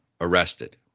arrested